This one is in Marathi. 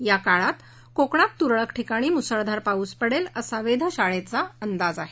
या काळात कोकणात तुरळक ठिकाणी मुसळधार पाऊस पडेल असा वेधशाळेचा अंदाज आहे